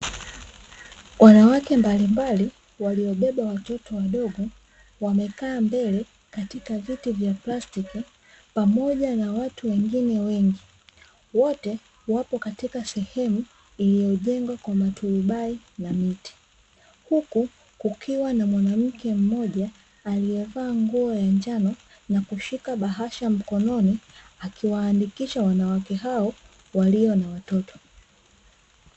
Wanawake mbalimbali waliobeba watoto wadogo wamekaa mbele katika viti vya plastiki pamoja na watu wengine wengi, wote wapo katika sehemu iliyojengwa kwa maturubai na miti. Huku kukiwa na mwanamke mmoja aliyevaa nguo ya njao na kushika bahasha mkononi akiwaandikisha wanawake hao, walio na watoto.